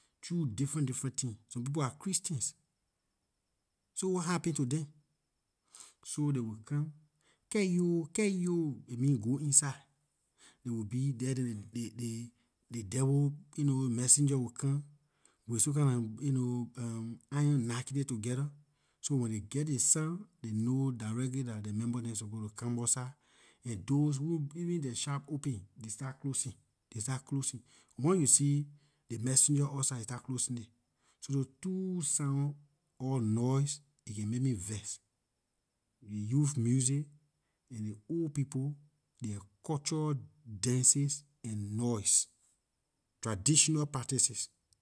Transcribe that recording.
Through different different things some people are christians so what happens to them so they will come keiyeyo keiyeyo aay mean go inside they will be there than ley devil messenger will come with some kinda you know iron knacking it together so when they geh ley sound they know directly dah ley member dem suppose to come outside and those who even their shop open they start closing they start closing once you see ley messenger outside ley start closing it so those two sound or noise aay can make make me vex youth music and ley old people their cultural dances and noise traditional practices.